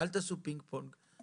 חוה, אל תעשו פינג פונג.